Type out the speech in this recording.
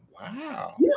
Wow